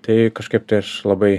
tai kažkaip tai aš labai